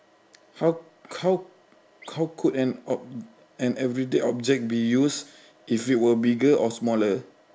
how how how could an ob~ an everyday object be used if it were bigger or smaller